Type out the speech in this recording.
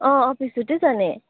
अँ अफिस छुट्टी छ नि